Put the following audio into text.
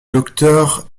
docteur